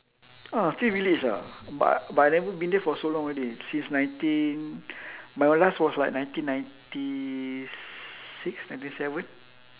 ah still village ah but but I never been there for so long already since nineteen my last was like nineteen ninety six ninety seven